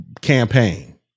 campaign